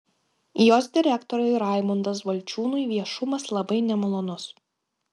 jos direktoriui raimundas balčiūnui viešumas labai nemalonus